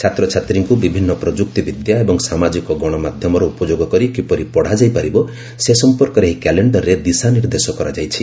ଛାତ୍ରଛାତ୍ରୀଙ୍କୁ ବିଭିନ୍ନ ପ୍ରଯୁକ୍ତି ବିଦ୍ୟା ଏବଂ ସାମାଜିକ ଗଣମାଧ୍ୟମର ଉପଯୋଗ କରି କିପରି ପଢ଼ାଯାଇ ପାରିବ ସେ ସମ୍ପର୍କରେ ଏହି କ୍ୟାଲେଣ୍ଡରରେ ଦିଶା ନିର୍ଦ୍ଦେଶ କରାଯାଇଛି